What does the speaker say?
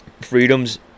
freedoms